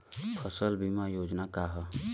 फसल बीमा योजना का ह?